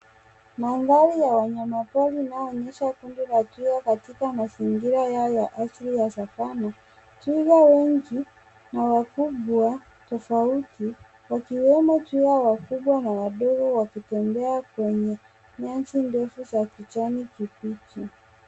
Mandhari ya wanyamapori inayoonyesha twiga wakiwa katika mazingira yao ya asili ya savana. Twiga wengi na wa ukubwa tofauti, wakiwemo twiga wakubwa na wadogo wakitembea kwenye nyasi ndefu za kijani kibichi.